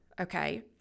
okay